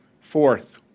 Fourth